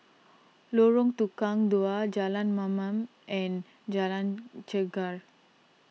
Lorong Tukang Dua Jalan Mamam and Jalan Chegar